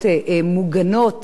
לאורך כל הדרך,